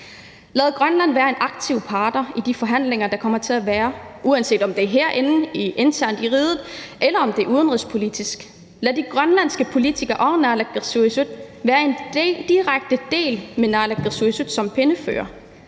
Lad Grønland være en aktiv part i de forhandlinger, der kommer til at være, uanset om det er herinde internt i riget, eller om det er udenrigspolitisk. Lad de grønlandske politikere og naalakkersuisut være en direkte del af det med naalakkersuisut som pennefører.